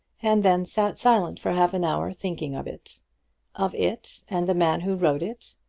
and then sat silent for half an hour thinking of it of it, and the man who wrote it,